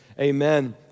Amen